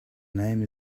name